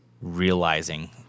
realizing